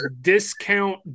discount